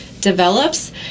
develops